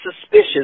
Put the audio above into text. suspicious